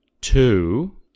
two